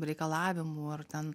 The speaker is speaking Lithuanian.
reikalavimų ar ten